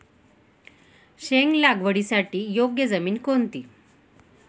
शेंग लागवडीसाठी योग्य जमीन कोणती?